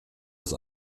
aus